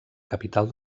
capital